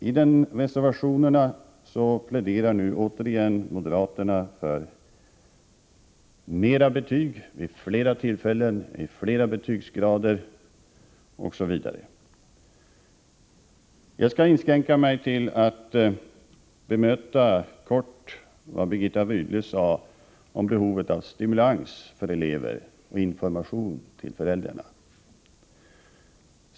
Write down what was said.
I reservationerna pläderar moderaterna nu återigen för mer betyg vid fler tillfällen, fler betygsgrader osv. Jag skall inskränka mig till att kort bemöta vad Birgitta Rydle sade om behovet av stimulans för eleverna och information till föräldrarna.